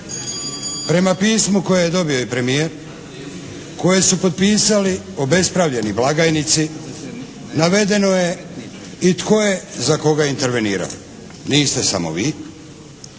Prema pismu koje je dobio i premijer koje su potpisali obespravljeni blagajnici navedeno je i tko je za koga intervenirao. Niste samo vi.